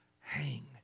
hang